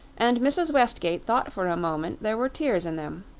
and mrs. westgate thought for a moment there were tears in them.